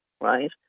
right